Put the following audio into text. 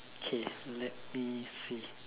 okay let me see